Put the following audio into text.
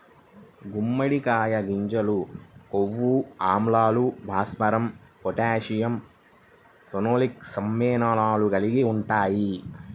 గుమ్మడికాయ గింజలు కొవ్వు ఆమ్లాలు, భాస్వరం, పొటాషియం, ఫినోలిక్ సమ్మేళనాలు కలిగి ఉంటాయి